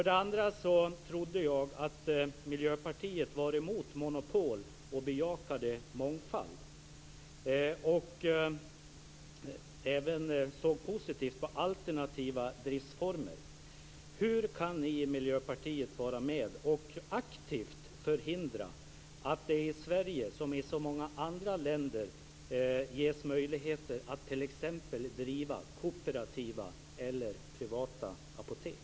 Dessutom trodde jag att Miljöpartiet var emot monopol och bejakade mångfald, liksom att man såg positivt på alternativa driftsformer. Hur kan ni i Miljöpartiet vara med och aktivt förhindra att det i Sverige ges sådana möjligheter som finns i så många andra länder, att t.ex. driva kooperativa eller privata apotek?